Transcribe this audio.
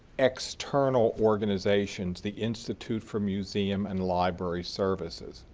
external organizations, the institute for museum and library services.